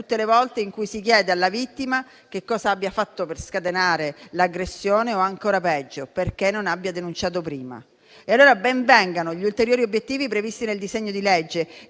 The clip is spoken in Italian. tutte le volte in cui si chiede alla vittima che cosa abbia fatto per scatenare l'aggressione o, ancora peggio, perché non abbia denunciato prima. Ben vengano allora gli ulteriori obiettivi del disegno di legge,